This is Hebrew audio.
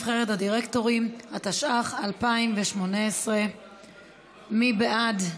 נבחרת הדירקטורים), התשע"ח 2018. מי בעד?